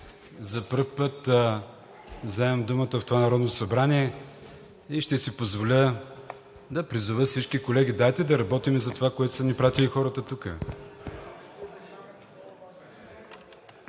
за първи път вземам думата в това Народно събрание ще си позволя да призова всички колеги: дайте да работим за това, което са ни изпратили хората тук!